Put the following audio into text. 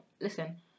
Listen